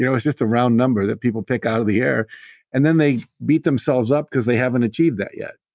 you know it's just a round number that people pick out of the air and then they beat themselves up because they haven't achieved that yet.